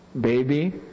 baby